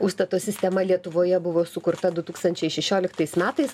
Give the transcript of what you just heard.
užstato sistema lietuvoje buvo sukurta du tūkstančiai šešioliktais metais